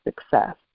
success